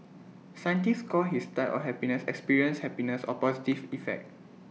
scientists call his type or happiness experienced happiness or positive effect